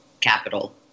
capital